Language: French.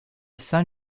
saint